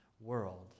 world